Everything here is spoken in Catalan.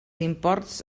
imports